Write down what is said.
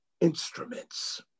instruments